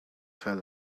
fell